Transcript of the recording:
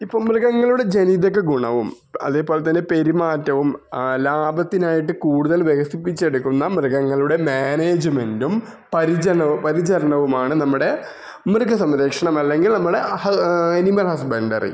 ഇപ്പോൾ മൃഗങ്ങളുടെ ജനിതക ഗുണവും അതേപോലെ തന്നെ പെരുമാറ്റവും ആ ലാഭത്തിനായിട്ട് കൂടുതൽ വികസിപ്പിച്ചെടുക്കുന്ന മൃഗങ്ങളുടെ മാനേജ്മെൻറ്റും പരിചണം പരിചരണവുമാണ് നമ്മുടെ മൃഗ സംരക്ഷണം അല്ലെങ്കിൽ നമ്മുടെ ആ ഹാ ആ ആനിമൽ ഹസ്ബൻഡറി